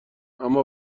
اما